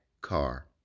car